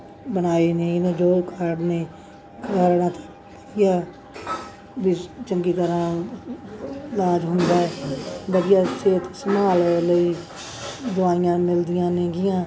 ਬਣਾਏ ਨੇ ਜੋ ਕਾਰਡ ਨੇ ਕਾਰਡਾਂ 'ਤੇ ਵਧੀਆ ਵੀ ਚੰਗੀ ਤਰ੍ਹਾਂ ਇਲਾਜ ਹੁੰਦਾ ਵਧੀਆ ਸਿਹਤ ਸੰਭਾਲ ਲਈ ਦਵਾਈਆਂ ਮਿਲਦੀਆਂ ਨੇਗੀਆਂ